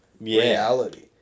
reality